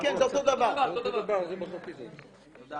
סיגריה